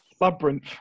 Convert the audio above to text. Labyrinth